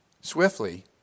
swiftly